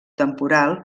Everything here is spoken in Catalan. temporal